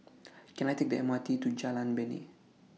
Can I Take The M R T to Jalan Bena